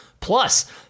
Plus